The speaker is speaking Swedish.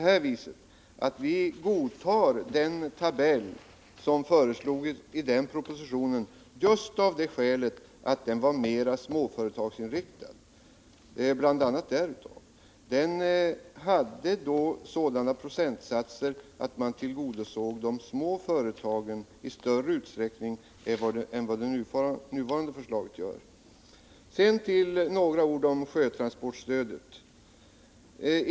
Jag har ju sagt att vi godtar den tabell som föreslogs i den propositionen, bl.a. av det skälet att den var mer småföretagsinriktad. Den hade sådana procentsatser att man tillgodosåg de små företagen i större utsträckning än det nuvarande förslaget gör. Sedan några ord om sjötransportstödet.